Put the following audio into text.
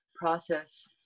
process